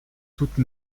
toute